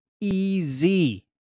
easy